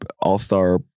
all-star